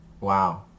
wow